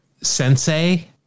sensei